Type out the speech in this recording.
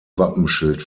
wappenschild